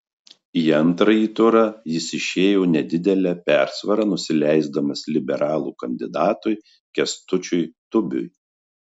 į antrąjį turą jis išėjo nedidele persvara nusileisdamas liberalų kandidatui kęstučiu tubiui